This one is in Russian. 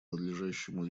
надлежащему